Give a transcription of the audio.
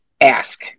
ask